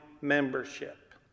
membership